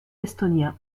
estonien